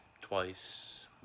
twice